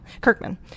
Kirkman